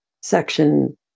section